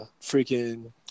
freaking